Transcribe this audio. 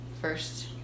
first